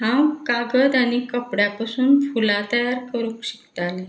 हांव कागद आनी कपड्या पसून फुलां तयार करूंक शिकतालें